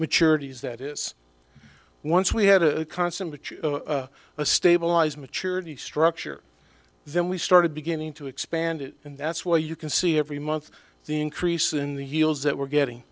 maturities that is once we had a constant which a stabilized maturity structure then we started beginning to expand it and that's why you can see every month the increase in the yields that we're getting